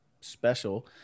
special